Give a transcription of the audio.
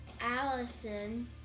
Allison